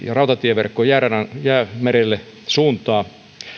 rautatieverkko jäämerelle suuntaa